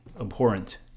abhorrent